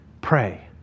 pray